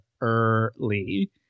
early